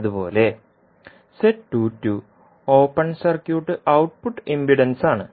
അതുപോലെ open circuit output ഇംപെഡൻസാണ്